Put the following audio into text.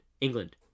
England